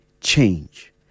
change